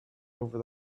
over